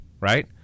right